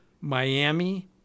Miami